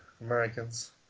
Americans